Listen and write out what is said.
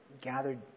gathered